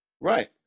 Right